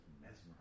mesmerized